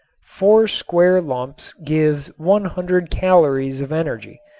four square lumps give one hundred calories of energy.